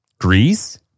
Greece